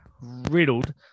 riddled